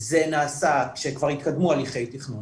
זה נעשה כשכבר התקדמו הליכי תכנון